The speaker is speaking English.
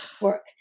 work